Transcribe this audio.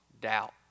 doubt